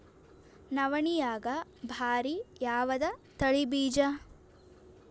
ನವಣಿಯಾಗ ಭಾರಿ ಯಾವದ ತಳಿ ಬೀಜ?